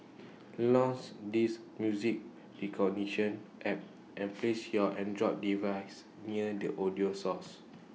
launch this music recognition app and place your Android device near the audio source